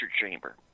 chamber